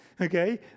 okay